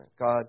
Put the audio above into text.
God